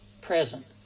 present